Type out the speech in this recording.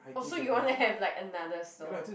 oh so you wanna have like another stall